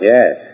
Yes